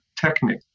technique